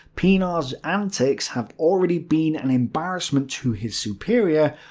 pienaar's antics have already been an embarrassment to his superior,